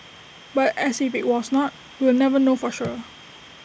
but as IT be was not we will never know for sure